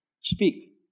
Speak